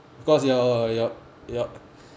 because your your your